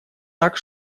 так